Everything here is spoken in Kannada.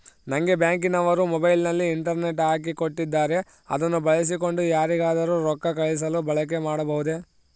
ನಂಗೆ ಬ್ಯಾಂಕಿನವರು ಮೊಬೈಲಿನಲ್ಲಿ ಇಂಟರ್ನೆಟ್ ಹಾಕಿ ಕೊಟ್ಟಿದ್ದಾರೆ ಅದನ್ನು ಬಳಸಿಕೊಂಡು ಯಾರಿಗಾದರೂ ರೊಕ್ಕ ಕಳುಹಿಸಲು ಬಳಕೆ ಮಾಡಬಹುದೇ?